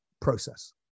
Process